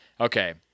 okay